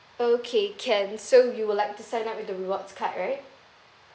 okay can so you would like to sign up with the rewards card right